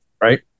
right